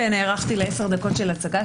שנערכתי לעשר דקות של הצגה,